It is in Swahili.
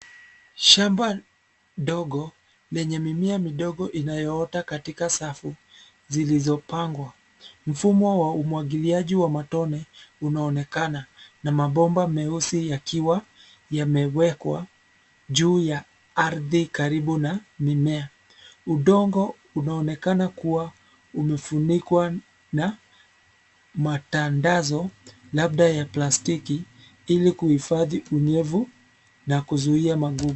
Shamba dogo lenye mimea midogo inayoota katika safu zilizopangwa. Mfumo wa umwagiliaji wa matone unaonekana na mabomba meusi yakiwa yamewekwa juu ya ardhi karibu na mimea. Udongo unaonekana kuwa umefunikwa na matandazo labda ya plastiki ili kuhifadhi unyevu na kuzuia magugu.